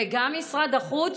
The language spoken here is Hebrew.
וגם משרד החוץ,